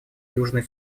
южный